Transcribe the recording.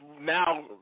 now